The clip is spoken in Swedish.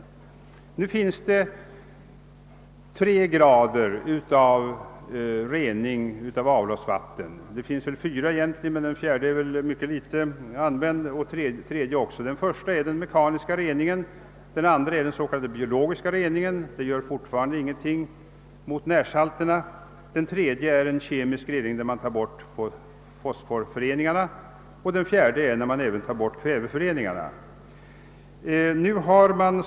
Det förekommer fyra grader eller steg vid rening av avloppsvatten; den tredje och den fjärde graden används dock i mycket liten utsträckning. Den första graden är den mekaniska reningen. Den andra graden är den s.k. biologiska reningen — den gör ingenting mot närsalterna. Den tredje graden är en kemisk rening där man tar bort fosforföreningarna. Den fjärde graden innebär att man även tar bort kväveföreningarna.